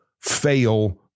fail